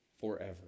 forever